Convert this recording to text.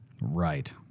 Right